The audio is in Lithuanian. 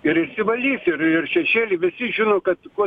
ir išsivalys ir ir šešėly visi žino kad kuo